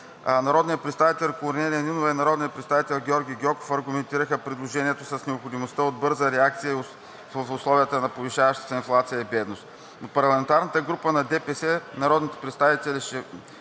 Народният представител Корнелия Нинова и народният представител Георги Гьоков аргументираха предложението с необходимостта от бърза реакция в условията на повишаваща се инфлация и бедност.